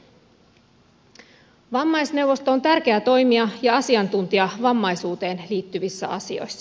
vammaisneuvosto on tärkeä toimija ja asiantuntija vammaisuuteen liittyvissä asioissa